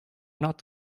not